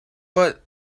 but